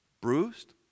Bruised